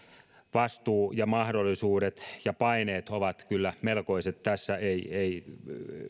vastuu ja mahdollisuudet ja paineet ovat kyllä melkoiset tässä ei ei